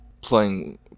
playing